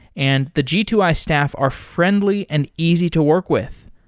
and the g two i staff are friendly and easy to work with.